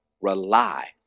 Rely